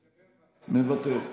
מוותר,